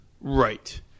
Right